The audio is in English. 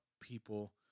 people